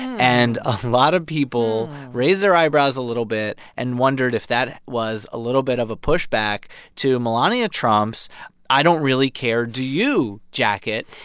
and a lot of people raised their eyebrows a little bit and wondered if that was a little bit of a pushback to melania trump's i don't really care, do you jacket.